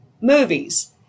movies